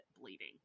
bleeding